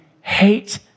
hate